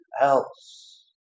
else